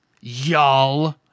y'all